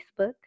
Facebook